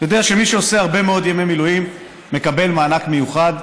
יודע שמי שעושה הרבה מאוד ימי מילואים מקבל מהמדינה מענק מיוחד,